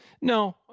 No